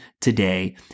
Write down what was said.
today